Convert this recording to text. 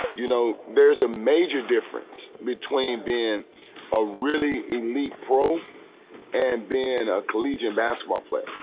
you know, there's a major difference between being a really elite pro and being a collegiate basketball player.